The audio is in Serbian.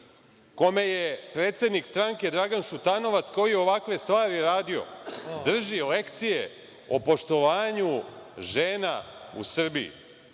kome je predsednik stranke Dragan Šutanovac koji je ovakve stvari radio, drži lekcije o poštovanju žena u Srbiji.